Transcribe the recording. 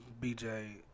BJ